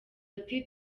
ati